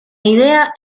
idea